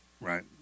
right